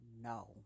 no